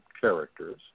characters